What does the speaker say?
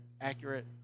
accurate